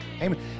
Amen